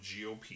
GOP